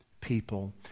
people